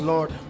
Lord